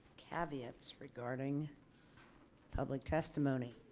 caveats regarding public testimony